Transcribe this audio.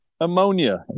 Ammonia